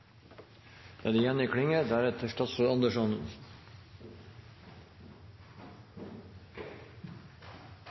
da er det